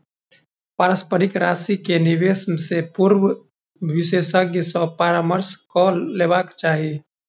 पारस्परिक राशि के निवेश से पूर्व विशेषज्ञ सॅ परामर्श कअ लेबाक चाही